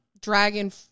dragon